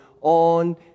on